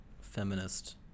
feminist